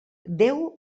déu